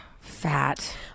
Fat